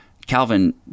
Calvin